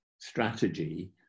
strategy